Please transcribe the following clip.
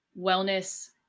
wellness